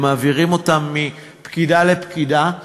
ומעבירים אותם מפקידה לפקידה,